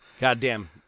goddamn